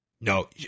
No